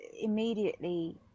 immediately